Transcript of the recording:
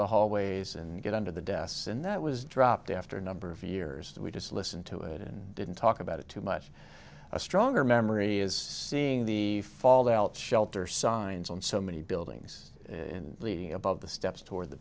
the hallways and get under the desks and that was dropped after a number of years that we just listened to it and didn't talk about it too much a stronger memory is seeing the fallout shelter signs on so many buildings in leading above the steps toward the